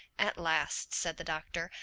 at last! said the doctor.